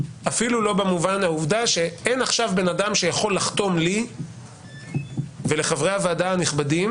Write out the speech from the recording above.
אפילו לא בעובדה שאין עכשיו בן אדם שיכול לחתום לי ולחברי הוועדה הנכבדים